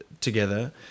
together